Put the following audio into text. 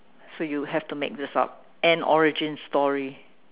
so you have to make this up and origin story